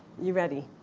you ready?